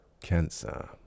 cancer